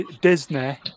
Disney